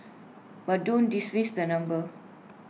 but don't dismiss the number